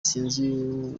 sinzi